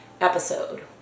episode